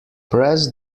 press